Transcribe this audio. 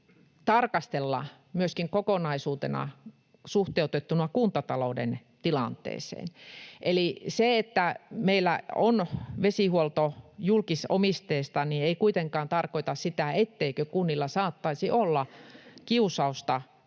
tarkastella myöskin kokonaisuutena suhteutettuna kuntatalouden tilanteeseen. Eli se, että meillä on vesihuolto julkisomisteista, ei kuitenkaan tarkoita sitä, etteikö kunnilla saattaisi olla kiusausta